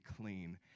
clean